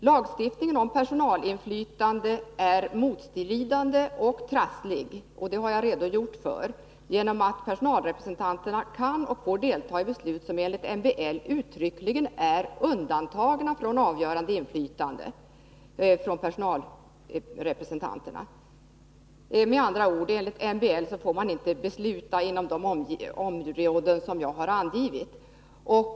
Lagstiftningen om personalinflytande är motstridande och trasslig — det har jag redogjort för — genom att personalrepresentanterna kan och får delta i beslut som enligt MBL uttryckligen är undantagna från avgörande inflytande av personalrepresentanterna. Med andra ord: Enligt MBL får man inte delta i beslut inom de områden som jag har angivit.